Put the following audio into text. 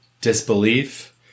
disbelief